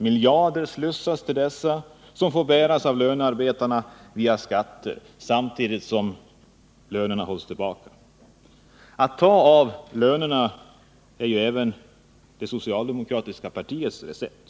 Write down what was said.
Till dessa slussas miljarder, pengar som lönearbetarna får betala via skatter samtidigt som deras löner hålls tillbaka. Att ta av lönerna är även det socialdemokratiska partiets recept.